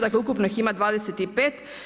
Dakle, ukupno ih ima 25.